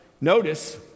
Notice